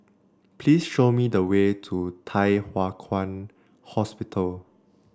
please show me the way to Thye Hua Kwan Hospital